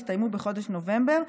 הסתיימו בחודש נובמבר,